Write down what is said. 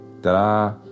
da